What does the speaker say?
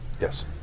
Yes